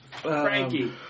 Frankie